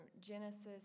Genesis